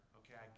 okay